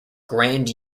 grand